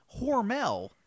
Hormel